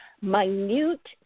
minute